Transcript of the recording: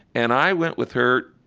and i went with her.